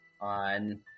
on